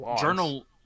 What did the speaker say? journal